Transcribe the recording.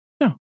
no